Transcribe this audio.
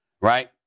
Right